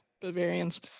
Bavarians